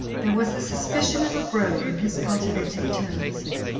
there was the suspicion of a brogue in his cultivated tones.